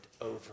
over